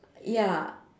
ya